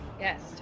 Yes